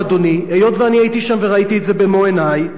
היות שאני הייתי שם וראיתי את זה במו-עיני: אנא